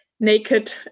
naked